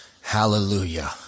Hallelujah